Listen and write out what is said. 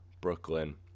Brooklyn